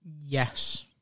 Yes